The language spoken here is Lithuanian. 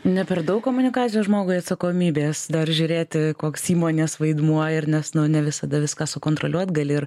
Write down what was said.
ne per daug komunikacijos žmogui atsakomybės dar žiūrėti koks įmonės vaidmuo ir nes ne visada viską sukontroliuot gali ir